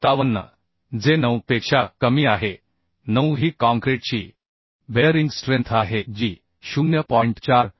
57 जे 9 पेक्षा कमी आहे 9 ही काँक्रीटची बेअरिंग स्ट्रेन्थ आहे जी 0